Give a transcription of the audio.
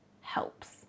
helps